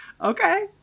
Okay